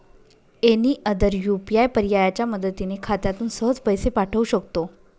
any other UPI पर्यायाच्या मदतीने खात्यातून सहज पैसे पाठवू शकतो